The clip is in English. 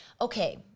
okay